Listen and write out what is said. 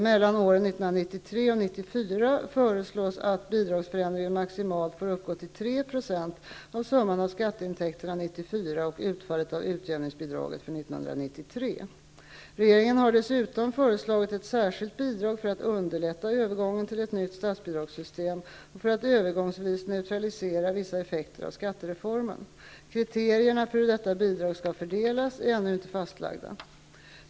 Mellan åren 1993 och 1994 föreslås att bidragsförändringen maximalt får uppgå till 3 % av summan av skatteintäkterna 1994 och utfallet av utjämningsbidraget för år 1993. Regeringen har dessutom föreslagit ett särskilt bidrag för att underlätta övergången till ett nytt statsbidragssystem och för att övergångsvis neutralisera vissa effekter av skattereformen. Kriterierna för hur detta bidrag skall fördelas är ännu inte fastlagda.